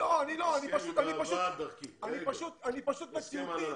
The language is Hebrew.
לא, אני לא, אני פשוט מציאותי.